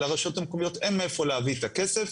לרשויות המקומיות אין מאיפה להביא את הכסף.